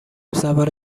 سوار